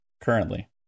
currently